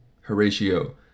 Horatio